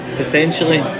potentially